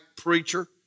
preacher